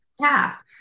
cast